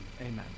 Amen